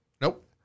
Nope